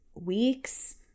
weeks